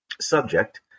subject